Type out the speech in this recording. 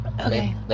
Okay